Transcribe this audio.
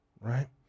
right